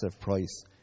price